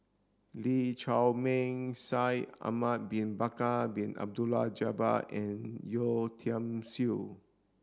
Lee Chiaw Meng Shaikh Ahmad bin Bakar Bin Abdullah Jabbar and Yeo Tiam Siew